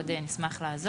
אם צריך עוד, נשמח לעזור.